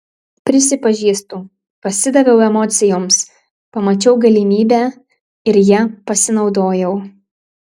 prisipažįstu pasidaviau emocijoms pamačiau galimybę ir ja pasinaudojau